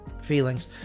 feelings